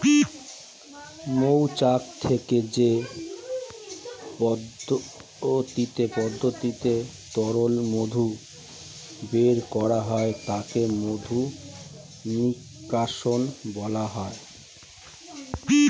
মৌচাক থেকে যে পদ্ধতিতে তরল মধু বের করা হয় তাকে মধু নিষ্কাশণ বলা হয়